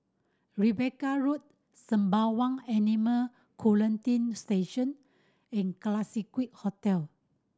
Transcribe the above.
Rebecca Road Sembawang Animal Quarantine Station and Classique Hotel